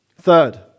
Third